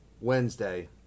wednesday